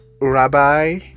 Rabbi